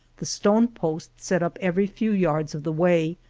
the stone posts set up every few yards of the way,